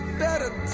better